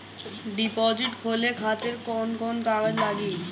Deposit खोले खातिर कौन कौन कागज लागी?